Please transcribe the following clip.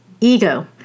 ego